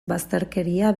bazterkeria